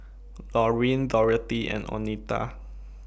Lauryn Dorothea and Oneta